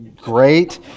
Great